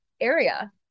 area